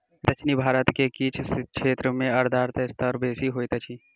दक्षिण भारत के किछ क्षेत्र में आर्द्रता स्तर बेसी होइत अछि